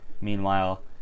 Meanwhile